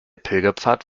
pilgerpfad